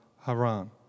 Haran